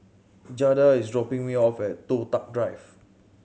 Jada is dropping me off at Toh Tuck Drive